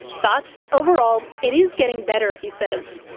but overall, it is getting better he says.